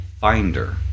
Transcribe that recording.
finder